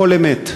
הכול אמת.